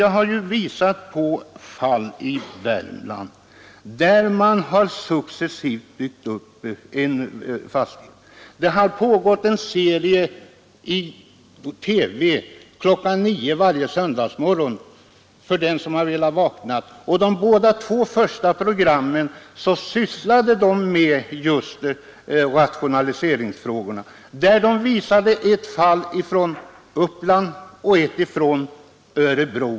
Jag har ju visat på fall i Värmland, där man successivt byggt upp en fastighet. I TV klockan 9 varje söndagsmorgon har visats ett jordbruksprogram, och de båda första programmen behandlade just rationaliseringsfrågorna. TV visade ett fall från Uppland och ett från Örebro.